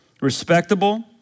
respectable